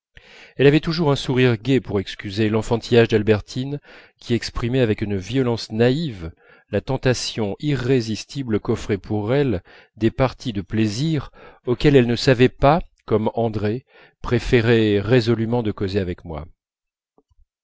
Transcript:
elle avait toujours un sourire gai pour excuser l'enfantillage d'albertine qui exprimait avec une violence naïve la tentation irrésistible qu'offraient pour elle des parties de plaisir auxquelles elle ne savait pas comme andrée préférer résolument de causer avec moi